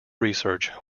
research